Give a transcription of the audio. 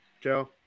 Joe